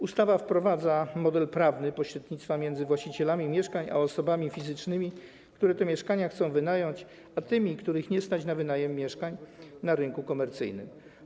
Ustawa wprowadza model prawny pośrednictwa między właścicielami mieszkań a osobami fizycznymi, które mieszkania chcą wynająć, a których nie stać na wynajem mieszkania na rynku komercyjnym.